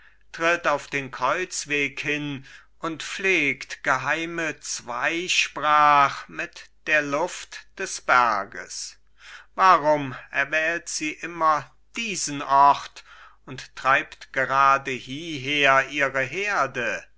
tritt auf den kreuzweg hin und pflegt geheime zweisprach mit der luft des berges warum erwählt sie immer diesen ort und treibt gerade hieher ihre herde